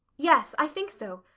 yes, i think so.